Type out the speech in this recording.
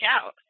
out